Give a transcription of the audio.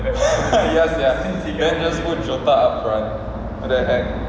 ya sia then just put jota up front what the heck